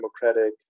democratic